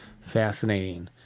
Fascinating